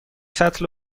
سطل